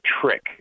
trick